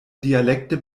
dialekte